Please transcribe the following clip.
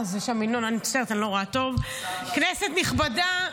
כנסת נכבדה,